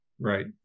right